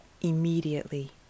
immediately